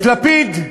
את לפיד.